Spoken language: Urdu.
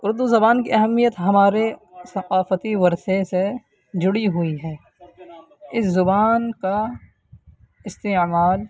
اردو زبان کی اہمیت ہمارے ثقافتی ورثے سے جڑی ہوئی ہے اس زبان کا استعمال